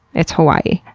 it's hawaii.